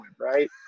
right